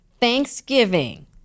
Thanksgiving